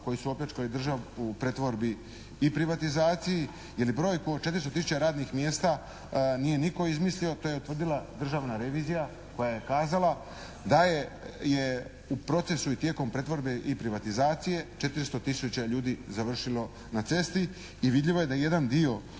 koji su opljačkali državu u pretvorbi i privatizaciji, jer broj oko 400 tisuća radnih mjesta nije nitko izmislio, to je utvrdila Državna revizija koja je kazala da je u procesu i tijekom pretvorbe i privatizacije 400 tisuća ljudi završilo na cesti i vidljivo je da je jedan dio